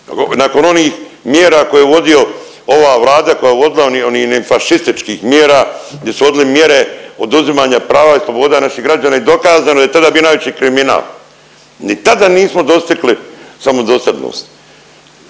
nakon onih mjera koje je vodio, ova Vlada koja je vodila, oni, oni fašističkih mjera gdje su vodili mjere oduzimanja prava i sloboda naših građana i dokazano je tada je bio najveći kriminal, ni tada nismo dostigli samodostatnost.